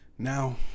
Now